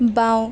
বাঁও